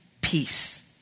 peace